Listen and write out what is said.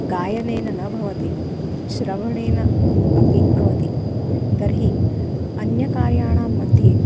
गायनेन न भवति श्रवणेन अपि भवति तर्हि अन्यकार्याणां मध्ये